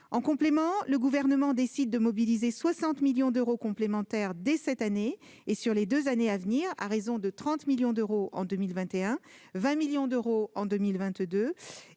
En outre, le Gouvernement décide de mobiliser 60 millions d'euros complémentaires dès cette année et sur les deux années à venir, à raison de 30 millions d'euros en 2021, de 20 millions d'euros en 2022